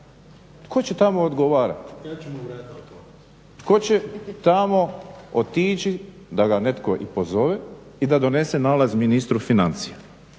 Tko će tamo odgovarati? Tko će tamo otići da ga netko i pozove i da donese nalaz ministru financija.